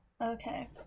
okay